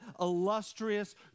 illustrious